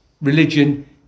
religion